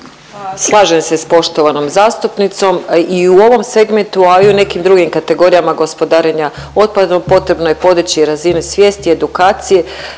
Slažem se s poštovanom zastupnicom, i u ovom segmentu, a i u nekim drugim kategorijama gospodarenja otpadom potrebno je podići razinu svijesti, edukacije